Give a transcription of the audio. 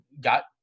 got